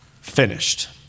finished